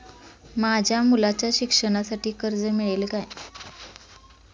माझ्या मुलाच्या शिक्षणासाठी कर्ज मिळेल काय?